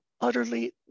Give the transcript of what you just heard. utterly